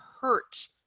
hurt